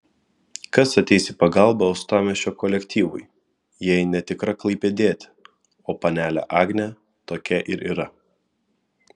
kas ateis į pagalbą uostamiesčio kolektyvui jei ne tikra klaipėdietė o panelė agnė tokia ir yra